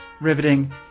Riveting